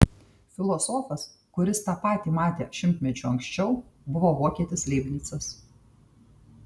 filosofas kuris tą patį matė šimtmečiu anksčiau buvo vokietis leibnicas